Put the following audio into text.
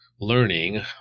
learning